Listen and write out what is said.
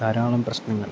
ധാരാളം പ്രശ്നങ്ങൾ